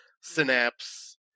Synapse